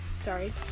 Sorry